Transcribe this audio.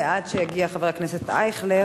ועד שיגיע חבר הכנסת אייכלר,